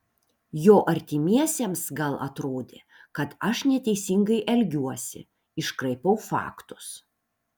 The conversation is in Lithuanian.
jo artimiesiems gal atrodė kad aš neteisingai elgiuosi iškraipau faktus